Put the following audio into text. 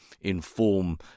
inform